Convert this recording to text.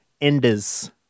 enders